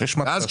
ואז,